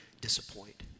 disappoint